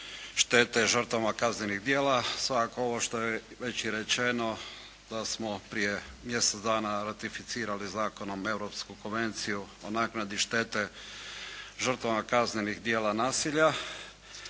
štete žrtvama kaznenih djela. Svakako ovo što je već i rečeno da smo prije mjesec dana ratificirali zakonom Europsku konvenciju o naknadi štete žrtvama kaznenih djela nasilja